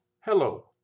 hello